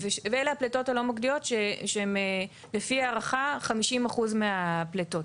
אלה הפליטות הלא מוקדיות שהן לפי ההערכה 50% מהפליטות.